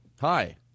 Hi